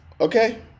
okay